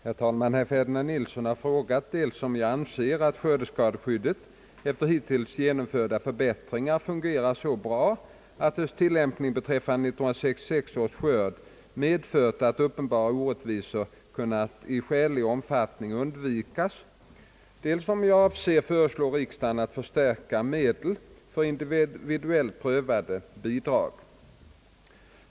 Herr talman! Herr Ferdinand Nilsson har frågat, dels om jag anser att skördeskadeskyddet efter hittills genomförda förbättringar fungerar så bra att dess tillämpning beträffande 1966 års skörd medfört att uppenbara orättvisor kunnat i skälig omfattning undvikas, dels om jag avser föreslå riksdagen att förstärka medlen för individuellt prövade bidrag.